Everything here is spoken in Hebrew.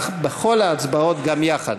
בכל ההצבעות גם יחד,